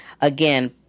again